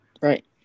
Right